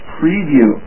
preview